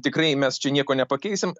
tikrai mes čia nieko nepakeisim